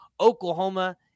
Oklahoma